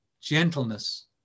gentleness